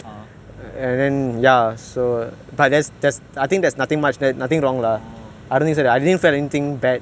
ah